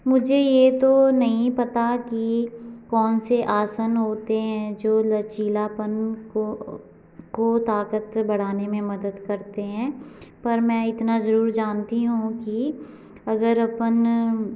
मुझे ये तो नहीं पता कि कौन से आसन होते हैं जो लचीलापन को को ताकत बढ़ाने में मदद करते हैं पर मैं इतना जरूर जानती हूँ कि अगर अपन